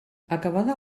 acabada